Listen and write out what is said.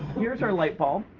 here's our light bulb.